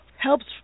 helps